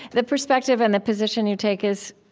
the perspective and the position you take is